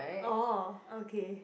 oh okay